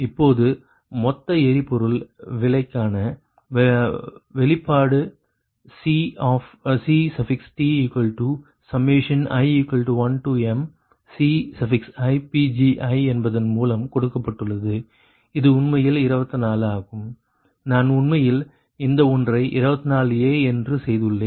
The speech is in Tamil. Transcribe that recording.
இப்பொழுது மொத்த எரிபொருள் விலைக்கான வெளிப்பாடு CTi1mCiPgi என்பதன் மூலம் கொடுக்கப்பட்டுள்ளது இது உண்மையில் 24 ஆகும் நான் உண்மையில் இந்த ஒன்றை 24 என்று செய்துள்ளேன்